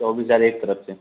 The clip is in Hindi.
चौबीस हज़ार एक तरफ से